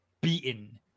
beaten